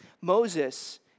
Moses